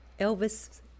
elvis